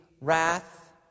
wrath